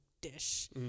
dish